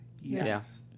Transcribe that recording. Yes